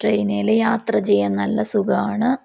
ട്രെയിനേല് യാത്ര ചെയ്യാൻ നല്ല സുഖമാണ്